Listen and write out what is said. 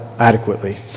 adequately